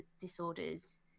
disorders